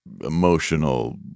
emotional